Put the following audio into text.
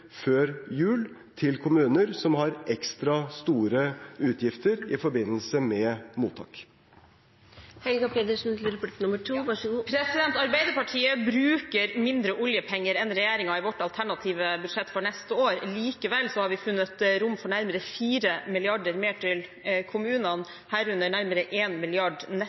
før jul til kommuner som har ekstra store utgifter i forbindelse med mottak. Arbeiderpartiet bruker mindre oljepenger enn regjeringen i sitt alternative budsjett for neste år. Likevel har vi funnet rom for nærmere 4 mrd. kr mer til kommunene, herunder nærmere